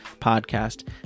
Podcast